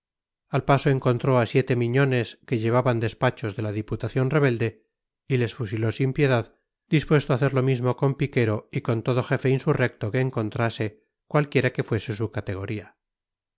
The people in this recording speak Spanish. al paso encontró a siete miñones que llevaban despachos de la diputación rebelde y les fusiló sin piedad dispuesto a hacer lo mismo con piquero y con todo jefe insurrecto que encontrase cualquiera que fuese su categoría